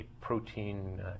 protein